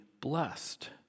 blessed